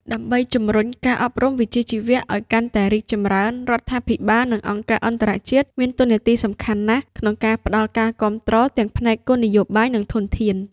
ដើម្បីជំរុញការអប់រំវិជ្ជាជីវៈឱ្យកាន់តែរីកចម្រើន រដ្ឋាភិបាល និងអង្គការអន្តរជាតិមានតួនាទីសំខាន់ណាស់ក្នុងការផ្តល់ការគាំទ្រទាំងផ្នែកគោលនយោបាយ និងធនធាន។